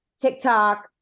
TikTok